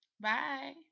Bye